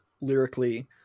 lyrically